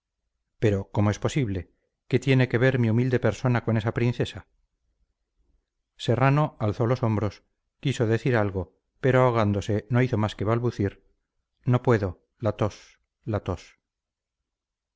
pero cómo es posible qué tiene que ver mi humilde persona con esa princesa serrano alzó los hombros quiso decir algo pero ahogándose no hizo más que balbucir no puedo la tos la tos